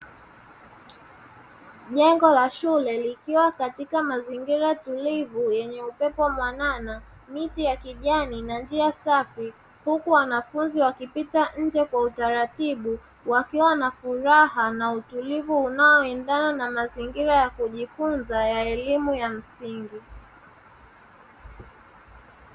Jengo la shule, likiwa katika mazingira tulivu yenye upepo mwanana, miti ya kijani na njia safi, huku wanafunzi wakipita nje kwa utaratibu, wakiwa na furaha na utulivu unaoendana na mazingira ya kujifunza ya elimu ya msingi.